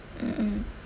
mm mm